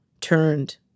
turned